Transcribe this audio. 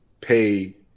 pay